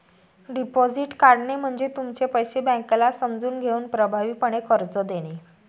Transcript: deposit काढणे म्हणजे तुमचे पैसे बँकेला समजून घेऊन प्रभावीपणे कर्ज देणे